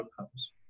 outcomes